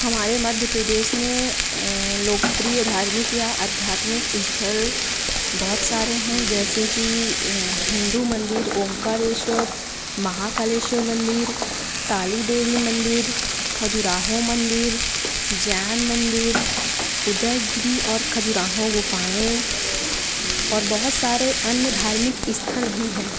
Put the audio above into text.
हमारे मध्य प्रदेश में लोकप्रिय या धार्मिक या आध्यात्मिक स्थल बहुत सारे हैं जैसे हिंदू मंदिर ओंकालेश्वर महाकालेश्वर मंदिर काली देवी मंदिर खजुराहो मंदिर जैन मंदिर उदयगिरि और खजुराहो गुफाएँ और बहुत सारे अन्य धार्मिक स्थल भी हैं